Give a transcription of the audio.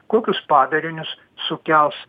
kokius padarinius sukels